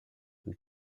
who